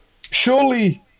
surely